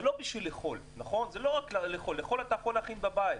זה לא רק בשביל לאכול, את זה אפשר לעשות גם בבית.